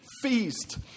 Feast